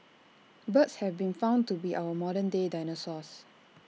birds have been found to be our modern day dinosaurs